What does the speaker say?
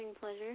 pleasure